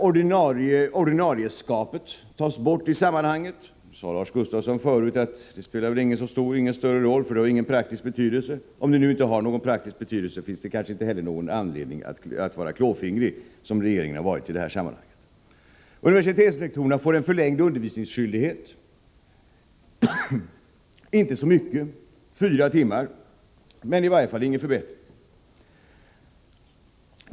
Ordinarieskapet tas bort — Lars Gustafsson sade att det inte spelade någon större roll och att det inte hade någon praktisk betydelse. Men i så fall finns det kanske inte heller någon anledning att vara klåfingrig, som regeringen har varit i det här avseendet. Universitetslektorerna får en ökad undervisningsskyldighet. Det rör sig inte om så mycket — fyra timmar — men det är i varje fall ingen förbättring.